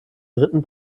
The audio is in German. dritten